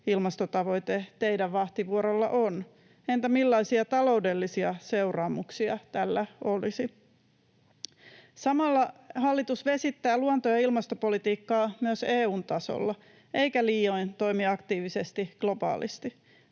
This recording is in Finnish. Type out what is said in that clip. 2035-ilmastotavoite teidän vahtivuorollanne on? Entä millaisia taloudellisia seuraamuksia tällä olisi? Samalla hallitus vesittää luonto- ja ilmastopolitiikkaa myös EU:n tasolla eikä liioin toimi aktiivisesti globaalisti.